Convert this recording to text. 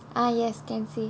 ah yes can see